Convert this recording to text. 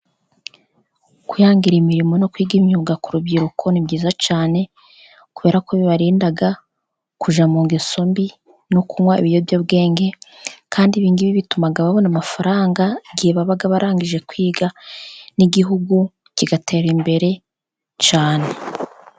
Kwihangira imirimo no kwiga imyuga ku rubyiruko ni byiza cyane, kubera ko bibarinda kujya mu ngeso mbi no kunywa ibiyobyabwenge. Kandi ibi bituma babona amafaranga igihe baba barangije kwiga, n'igihugu kigatera imbere cyane.